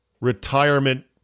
retirement